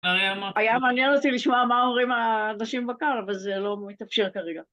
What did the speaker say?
היה מעניין אותי לשמוע מה אומרים האנשים בקהל, אבל זה לא מתאפשר כרגע.